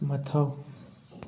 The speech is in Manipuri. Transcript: ꯃꯊꯧ